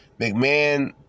McMahon